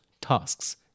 tasks